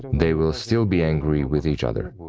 they will still be angry with each other.